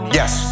yes